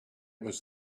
was